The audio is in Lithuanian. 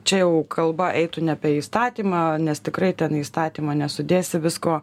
čia jau kalba eitų ne apie įstatymą nes tikrai ten į įstatymą nesudėsi visko